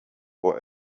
for